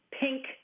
pink